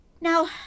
Now